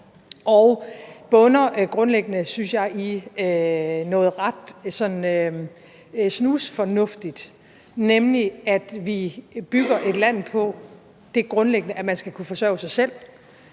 bunder i noget, synes jeg, sådan ret snusfornuftigt, nemlig at vi bygger et land på det princip, at man skal kunne forsørge sig selv.